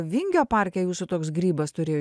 vingio parke jūsų toks grybas turėjo